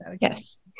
yes